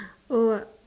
hold up